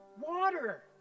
water